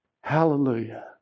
hallelujah